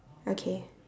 okay